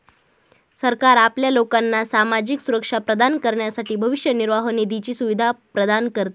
सरकार आपल्या लोकांना सामाजिक सुरक्षा प्रदान करण्यासाठी भविष्य निर्वाह निधीची सुविधा प्रदान करते